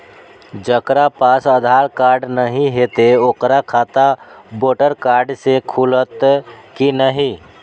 जकरा पास आधार कार्ड नहीं हेते ओकर खाता वोटर कार्ड से खुलत कि नहीं?